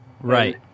Right